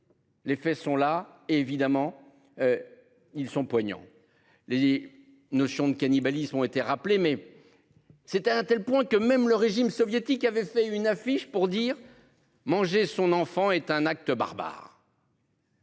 Les faits sont là, évidemment. Ils sont poignants. Les les notions de cannibalisme ont été rappelés mais. C'était un tel point que même le régime soviétique, qui avait fait une affiche pour dire. Manger son enfant est un acte barbare.